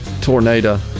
tornado